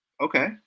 okay